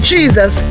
Jesus